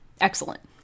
excellent